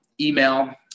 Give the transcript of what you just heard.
email